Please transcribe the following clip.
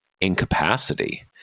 incapacity